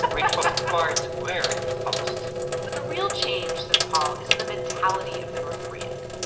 but which was quite rare in the past but the real change, says paul, is in the mentality of the north koreans.